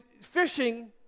fishing